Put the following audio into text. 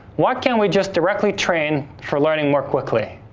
why can't we just directly train for learning more quickly?